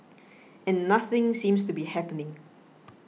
and nothing seems to be happening